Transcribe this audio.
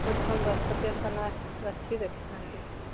କେଉଁଠି କ'ଣ ଦର୍ଶନୀୟ ସ୍ଥାନ ଅଛି ଦେଖିଥାନ୍ତି